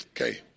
Okay